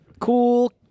Cool